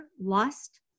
lust